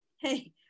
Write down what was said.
Hey